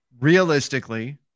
realistically